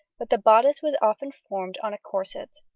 but the bodice was often formed on a corset.